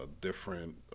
different